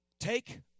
Take